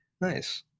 Nice